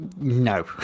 no